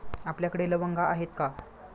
आपल्याकडे लवंगा आहेत का?